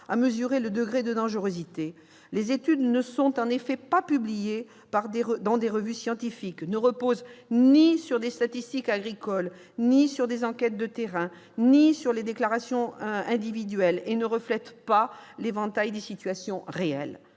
mesurer son degré de dangerosité. Les études ne sont en effet pas publiées dans des revues scientifiques. Elles ne reposent ni sur des statistiques agricoles, ni sur des enquêtes de terrain, ni sur les déclarations individuelles. Elles ne reflètent pas l'éventail des situations réelles.